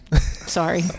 sorry